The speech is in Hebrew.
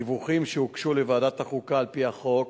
הדיווחים שהוגשו לוועדת החוקה על-פי החוק